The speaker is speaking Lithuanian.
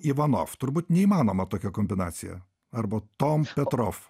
ivanov turbūt neįmanoma tokia kombinacija arba tom petrov